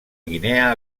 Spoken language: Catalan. guinea